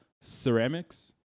Ceramics